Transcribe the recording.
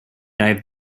dived